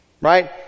Right